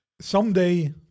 Someday